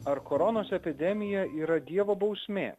ar koronos epidemija yra dievo bausmė